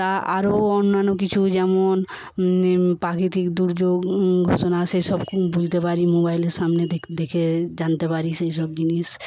তা আরও অন্যান্য কিছু যেমন প্রাকৃতিক দুর্যোগ ঘোষণা সেসব ঘটনা বুঝতে পারি মোবাইলের সামনে দেখে জানতে পারি সেইসব জিনিস